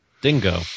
Dingo